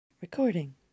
Recording